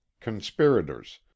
conspirators